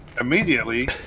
immediately